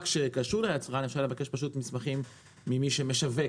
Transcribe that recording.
שקשור ליצרן אפשר לבקש פשוט מסמכים ממי שמשווק,